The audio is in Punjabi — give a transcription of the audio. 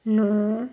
ਨੌਂ